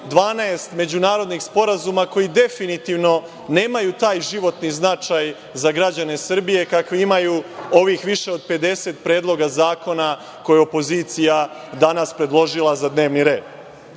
12 međunarodnih sporazuma koji definitivno nemaju taj životni značaj za građane Srbije kakve imaju ovih 50 predloga zakona koje je opozicija danas predložila za dnevni